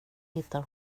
hittar